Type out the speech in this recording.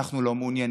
אנחנו לא מעוניינים.